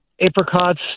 Apricots